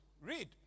read